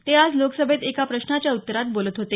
ते आज लोकसभेत एका प्रश्नाच्या उत्तरात बोलत होते